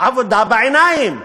עבודה בעיניים.